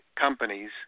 companies